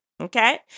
Okay